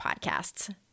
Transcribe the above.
podcasts